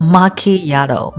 Macchiato